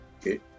okay